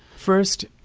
first,